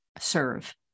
serve